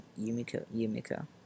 Yumiko